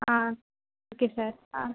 ah okay sir